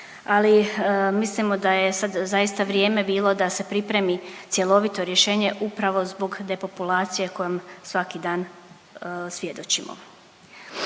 ali mislimo da je sad zaista vrijeme bilo da se pripremi cjelovito rješenje upravo zbog depopulacije kojom svaki dan svjedočimo.